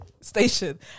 station